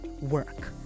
work